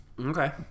Okay